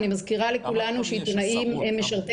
אני מזכירה לכולנו שעיתונאים הם משרתי